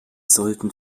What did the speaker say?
sollten